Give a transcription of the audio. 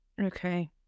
Okay